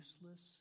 useless